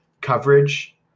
coverage